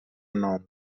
نام